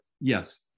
yes